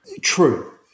True